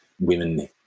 women